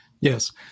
Yes